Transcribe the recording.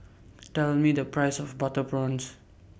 Tell Me The Price of Butter Prawns